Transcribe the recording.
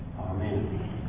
Amen